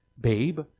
babe